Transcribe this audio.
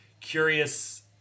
Curious